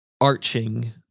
arching